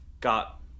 got